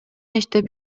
иштеп